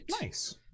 Nice